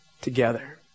together